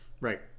Right